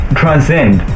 transcend